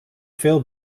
veel